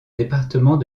département